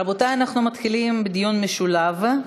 רבותי, אנחנו מתחילים בדיון משולב.